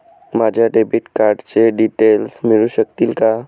माझ्या डेबिट कार्डचे डिटेल्स मिळू शकतील का?